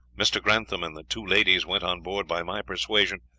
mr. grantham and the two ladies went on board by my persuasion,